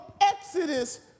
Exodus